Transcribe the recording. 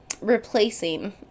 Replacing